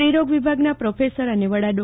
સ્ત્રીરોગવિભાગના professor અનેવડા ડો